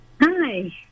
Hi